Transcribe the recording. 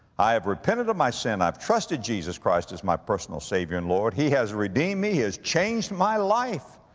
i have repented of my sin. i've trusted jesus christ as my personal savior and lord. he has redeemed me. he has changed my life.